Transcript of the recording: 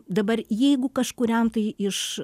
dabar jeigu kažkuriam tai iš